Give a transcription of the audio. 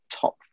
top